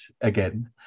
again